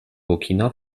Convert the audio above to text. burkina